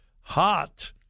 hot